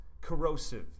corrosive